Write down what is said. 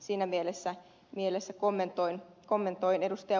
siinä mielessä kommentoin ed